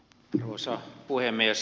arvoisa puhemies